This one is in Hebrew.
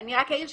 אני רק אעיר,